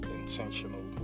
intentional